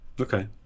Okay